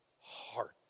heart